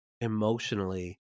emotionally